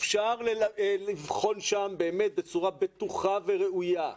אפשר לבחון שם בצורה בטוחה וראויה.